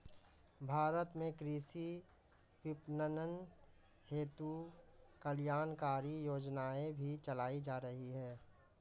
भारत में कृषि विपणन हेतु कल्याणकारी योजनाएं भी चलाई जा रही हैं